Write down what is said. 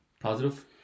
positive